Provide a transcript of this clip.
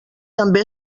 també